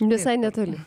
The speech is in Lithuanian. visai netoli